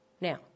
Now